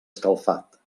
escalfat